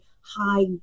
high